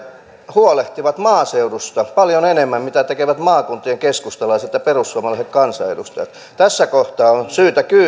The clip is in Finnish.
huolehtivat maaseudusta paljon enemmän kuin maakuntien keskustalaiset ja perussuomalaiset kansanedustajat tässä kohtaa on kyllä syytä